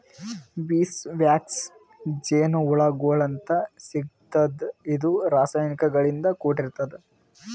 bees wax ಜೇನಹುಳಗೋಳಿಂತ್ ಸಿಗ್ತದ್ ಇದು ರಾಸಾಯನಿಕ್ ಗಳಿಂದ್ ಕೂಡಿರ್ತದ